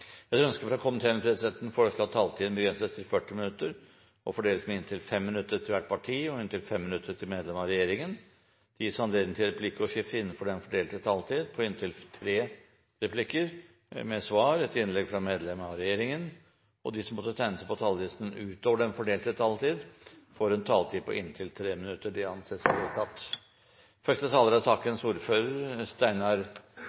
Etter ønske fra næringskomiteen vil presidenten foreslå at taletiden begrenses til 40 minutter og fordeles med inntil 5 minutter til hvert parti og inntil 5 minutter til medlem av regjeringen. Videre vil presidenten foreslå at det gis anledning til replikkordskifte på inntil tre replikker med svar etter innlegg fra medlem av regjeringen innenfor den fordelte taletid. Videre blir det foreslått at de som måtte tegne seg på talerlisten utover den fordelte taletid, får en taletid på inntil 3 minutter. – Det anses vedtatt.